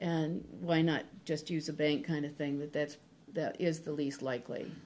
and why not just use a bank kind of thing with that that is the least likely